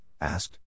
asked